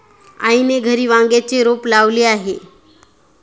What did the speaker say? आईने घरी वांग्याचे रोप लावले आहे